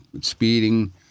speeding